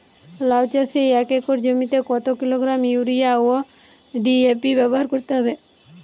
লাউ চাষে এক একর জমিতে কত কিলোগ্রাম ইউরিয়া ও ডি.এ.পি ব্যবহার করতে হবে?